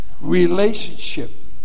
Relationship